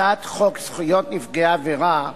הצעת חוק זכויות נפגעי עבירה (תיקון,